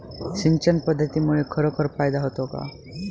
सिंचन पद्धतीमुळे खरोखर फायदा होतो का?